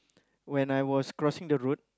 when I was crossing the road